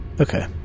Okay